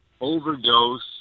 overdose